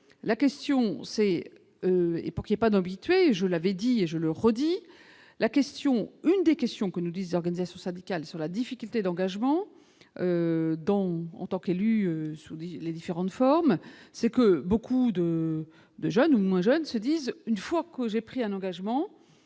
la question c'est, et est pas dans habitué, je l'avais dit et je le redis, la question, une des questions que nous 10 organisations syndicales sur la difficulté d'engagement, donc en tant qu'élu sous les différentes formes, c'est que beaucoup de de jeunes ou moins jeunes se disent une fois que j'ai pris un engagement,